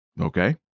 Okay